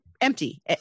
Empty